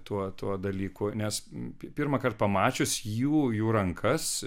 tuo tuo dalyku nes pirmąkart pamačius jų jų rankas